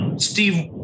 Steve